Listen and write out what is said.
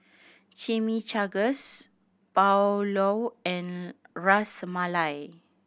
Chimichangas Pulao and Ras Malai